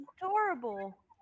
adorable